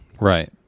Right